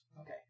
Okay